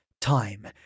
Time